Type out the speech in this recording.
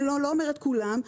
אני לא אומרת שכולם.